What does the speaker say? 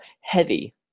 heavy